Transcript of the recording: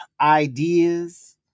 ideas